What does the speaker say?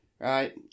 Right